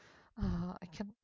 ah I can't